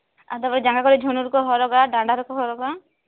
ᱟᱫᱚ ᱡᱟᱸᱜᱟ ᱠᱚᱨᱮ ᱡᱷᱩᱱᱩᱨ ᱠᱚ ᱦᱚᱨᱚᱜᱟ ᱰᱟᱸᱰᱟ ᱨᱮᱠᱚ ᱦᱚᱨᱚᱜᱟ